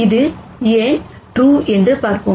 அது ஏன் ட்ரூ என்று பார்ப்போம்